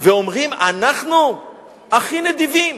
ברחבי העולם ואומרים: אנחנו הכי נדיבים.